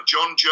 John